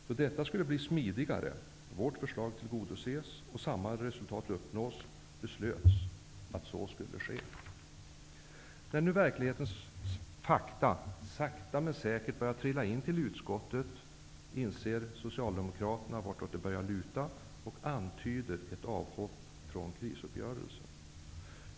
Då detta skulle bli smidigare, vårt förslag tillgodoses och samma resultat uppnås beslöts att så skulle ske. När nu verklighetens fakta sakta men säkert börjar trilla in till utskottet inser Socialdemokraterna vartåt det börjar luta och antyder ett avhopp från krisuppgörelsen.